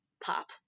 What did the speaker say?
pop